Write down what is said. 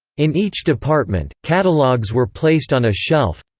in each department, catalogues were placed on a shelf.